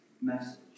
message